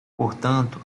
portanto